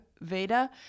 Veda